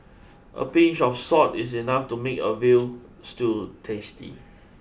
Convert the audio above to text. a pinch of salt is enough to make a veal stew tasty